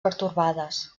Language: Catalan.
pertorbades